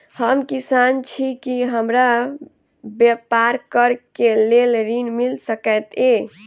हम किसान छी की हमरा ब्यपार करऽ केँ लेल ऋण मिल सकैत ये?